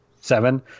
seven